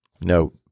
No